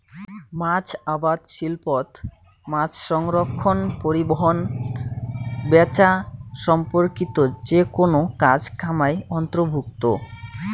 মাছ আবাদ শিল্পত মাছসংরক্ষণ, পরিবহন, ব্যাচা সম্পর্কিত যেকুনো কাজ কামাই অন্তর্ভুক্ত